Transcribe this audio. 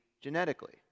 genetically